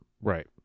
right